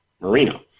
Marino